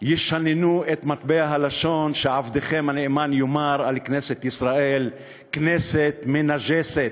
ישננו את מטבע הלשון שעבדכם הנאמן יאמר על כנסת ישראל: כנסת מנג'סת.